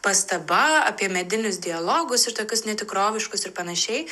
pastaba apie medinius dialogus ir tokius netikroviškus ir panašiai